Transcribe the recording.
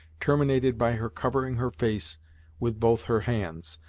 terminated by her covering her face with both her hands,